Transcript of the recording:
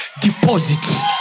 deposit